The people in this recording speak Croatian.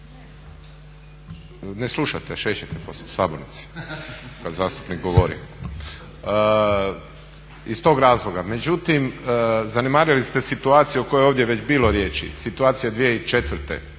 Ne slušate, šećete po sabornici kad zastupnik govori. Međutim, zanemarili ste situaciju o kojoj je ovdje već bilo riječi, situacija 2004.